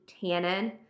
tannin